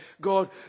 God